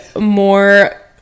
more